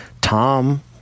Tom